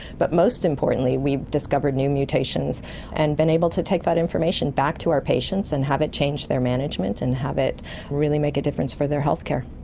but most importantly we've discovered new mutations and been able to take that information back to our patients and have it change their management and have it really make a difference for their healthcare.